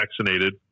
vaccinated